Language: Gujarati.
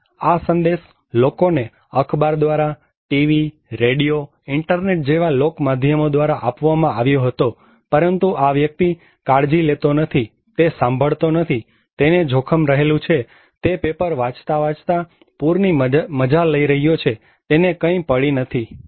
અને આ સંદેશ લોકોને અખબાર દ્વારા ટીવી રેડિયો ઇન્ટરનેટ જેવા લોકમાધ્યમો દ્વારા આપવામાં આવ્યો હતોપરંતુ આ વ્યક્તિ કાળજી લેતો નથી તે સાંભળતો નથી તેને જોખમ રહેલું છે તે પેપર વાંચતા વાંચતા પૂરની મજા લઇ રહ્યો છે તેને કંઇ પડી નથી